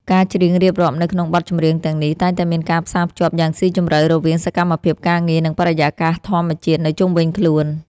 ការច្រៀងរៀបរាប់នៅក្នុងបទចម្រៀងទាំងនេះ តែងតែមានការផ្សារភ្ជាប់យ៉ាងស៊ីជម្រៅរវាងសកម្មភាពការងារ និងបរិយាកាសធម្មជាតិនៅជុំវិញខ្លួន។